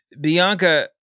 Bianca